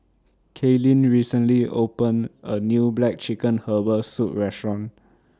Kaelyn recently opened A New Black Chicken Herbal Soup Restaurant